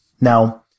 Now